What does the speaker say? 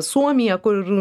suomiją kur